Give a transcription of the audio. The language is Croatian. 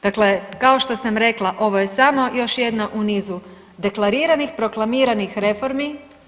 Dakle, kao što sam rekla, ovo je samo jedna u nizu deklariranih, proklamiranih reformi.